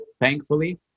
thankfully